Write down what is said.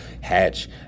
Hatch